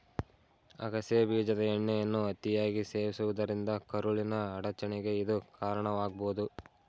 ಅಗಸೆ ಬೀಜದ ಎಣ್ಣೆಯನ್ನು ಅತಿಯಾಗಿ ಸೇವಿಸುವುದರಿಂದ ಕರುಳಿನ ಅಡಚಣೆಗೆ ಇದು ಕಾರಣವಾಗ್ಬೋದು